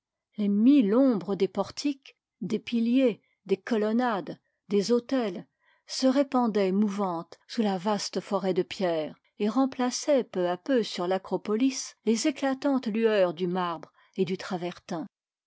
les mille ombres des portiques des piliers des colonnades des autels se répandaient mouvantes sous la vaste forêt de pierre et remplaçaient peu à peu sur l'acropolis les éclatantes lueurs du marbre et du travertin